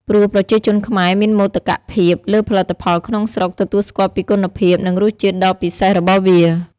ព្រោះប្រជាជនខ្មែរមានមោទកភាពលើផលិតផលក្នុងស្រុក ទទួលស្គាល់ពីគុណភាព និងរសជាតិដ៏ពិសេសរបស់វា។